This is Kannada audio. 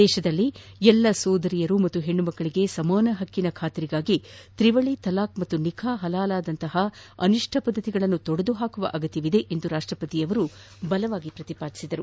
ದೇಶದಲ್ಲಿನ ಎಲ್ಲ ಸೋದರಿಯರಿಗೆ ಮತ್ತು ಹೆಣ್ಣು ಮಕ್ಕಳಿಗೆ ಸಮಾನ ಹಕ್ಕಿನ ಖಾತ್ರಿಗಾಗಿ ತ್ರಿವಳಿ ತಲಾಖ್ ಹಾಗೂ ನಿಖಾ ಹಲಾಲ್ ನಂಥ ಅನಿಷ್ಟ ಪದ್ದತಿಗಳನ್ನು ತೊಡೆದುಹಾಕುವ ಅಗತ್ಯವನ್ನು ರಾಷ್ಟ ಪತಿಯವರು ಪ್ರತಿಪಾದಿಸಿದರು